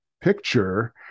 picture